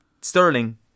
Sterling